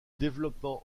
développement